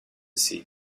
see